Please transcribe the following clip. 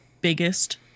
biggest